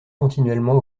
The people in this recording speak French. continuellement